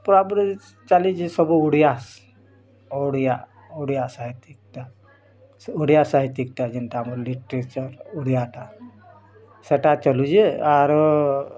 ପୂରା ପୁରି ଚାଲିଛି ସବୁ ଓଡ଼ିଆ ସ୍ ଓଡ଼ିଆ ଓଡ଼ିଆ ସାହିତିକ୍ଟା ଓଡ଼ିଆ ସାହିତିକ୍ଟା ଯେନ୍ତା ଲିଟେରେଚର୍ ଓଡ଼ିଆଟା ସେଟା ଚଲୁଛି ଯେ ଆର